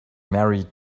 married